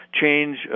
Change